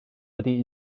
wedi